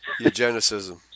Eugenicism